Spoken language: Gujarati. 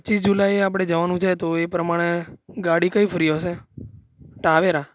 પચીસ જુલાઈએ આપણે જવાનું છે તો એ પ્રમાણે ગાડી કઈ ફ્રી હશે ટાવેરા